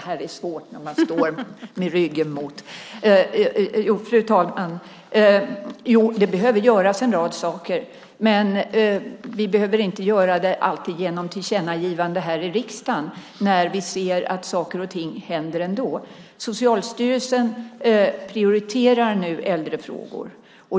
Fru talman! Det behöver göras en rad saker, men vi behöver inte göra allt genom tillkännagivanden här i riksdagen när vi ser att saker och ting händer ändå. Socialstyrelsen prioriterar nu äldrefrågor.